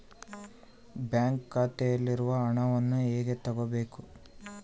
Bank ಖಾತೆಯಲ್ಲಿರುವ ಹಣವನ್ನು ಹೇಗೆ ತಗೋಬೇಕು?